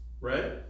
Right